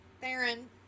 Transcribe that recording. Theron